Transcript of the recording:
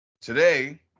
Today